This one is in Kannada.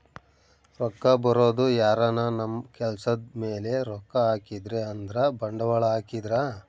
ರೊಕ್ಕ ಬರೋದು ಯಾರನ ನಮ್ ಕೆಲ್ಸದ್ ಮೇಲೆ ರೊಕ್ಕ ಹಾಕಿದ್ರೆ ಅಂದ್ರ ಬಂಡವಾಳ ಹಾಕಿದ್ರ